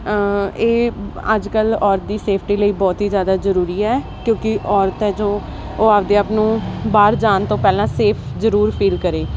ਇਹ ਅੱਜ ਕੱਲ੍ਹ ਔਰਤ ਦੀ ਸੇਫਟੀ ਲਈ ਬਹੁਤ ਹੀ ਜ਼ਿਆਦਾ ਜ਼ਰੂਰੀ ਹੈ ਕਿਉਂਕਿ ਔਰਤ ਹੈ ਜੋ ਉਹ ਆਪਣੇ ਆਪ ਨੂੰ ਬਾਹਰ ਜਾਣ ਤੋਂ ਪਹਿਲਾਂ ਸੇਫ ਜ਼ਰੂਰ ਫੀਲ ਕਰੇ